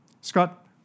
Scott